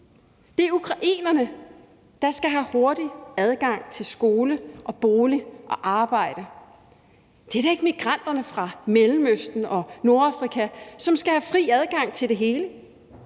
Det er ukrainerne, der skal have hurtig adgang til skole, bolig og arbejde. Det er da ikke migranterne fra Mellemøsten og Nordafrika, som skal have fri adgang til det hele.